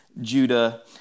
Judah